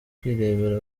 kwirebera